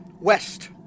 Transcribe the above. West